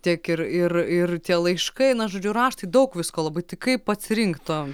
tiek ir ir ir tie laiškai na žodžiu raštai daug visko labai tik kaip atsirinkt tą